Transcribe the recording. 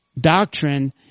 doctrine